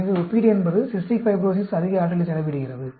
எனவே ஒப்பீடு என்பது சிஸ்டிக் ஃபைப்ரோஸிஸ் அதிக ஆற்றலை செலவிடுகிறது